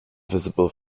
visible